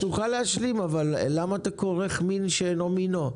אתה תוכל להשלים אבל למה אתה כורך מין בשאינו מינו?